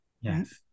yes